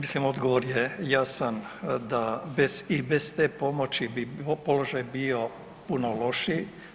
Mislim odgovor je jasan da i bez te pomoći bi položaj bio puno lošiji.